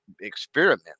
experiment